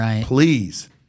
please